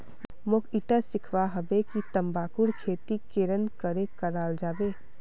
मोक ईटा सीखवा हबे कि तंबाकूर खेती केरन करें कराल जाबे